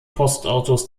postautos